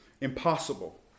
impossible